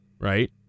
right